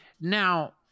Now